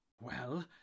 Well